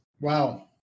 Wow